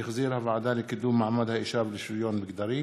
שהחזירה הוועדה לקידום מעמד האישה ולשוויון מגדרי.